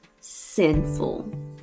sinful